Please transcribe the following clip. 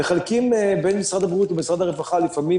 מחלקים בין משרד הבריאות ומשרד הרווחה לפעמים